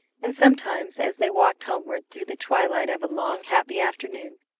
and sometimes, as they walked homeward through the twilight of a long, happy afternoon,